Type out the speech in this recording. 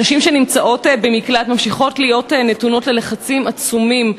נשים שנמצאות במקלט ממשיכות להיות נתונות ללחצים עצומים,